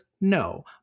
No